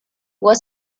was